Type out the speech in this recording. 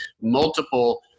multiple